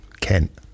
kent